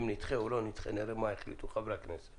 אם נדחה או לא נדחה נראה מה יחליטו חברי הכנסת